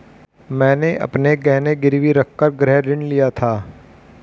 मैंने अपने गहने गिरवी रखकर गृह ऋण लिया था